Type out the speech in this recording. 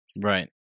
Right